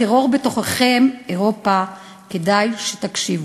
הטרור בתוככם, אירופה, כדאי שתקשיבו.